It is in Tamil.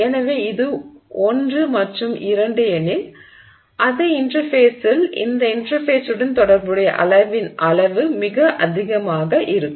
எனவே இது 1 மற்றும் 2 எனில் அதே இன்டெர்ஃபேஸில் இந்த இன்டெர்ஃபேஸுடன் தொடர்புடைய அளவின் அளவு மிக அதிகமாக இருக்கும்